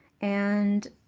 and,